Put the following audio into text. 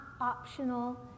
optional